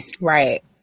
Right